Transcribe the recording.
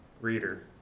reader